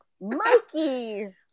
Mikey